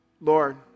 Lord